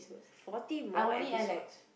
forty more episodes